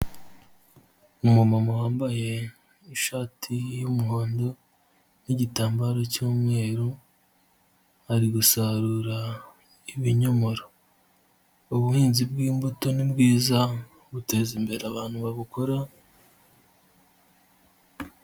Ni umumama wambaye ishati y'umuhondo n'igitambara cy'umweru ari gusarura ibinyomoro, ubuhinzi bw'imbuto ni bwiza buteza imbere abantu babukora.